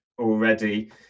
already